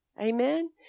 Amen